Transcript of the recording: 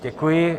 Děkuji.